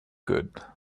good